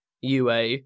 UA